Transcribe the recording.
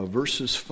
verses